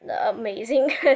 amazing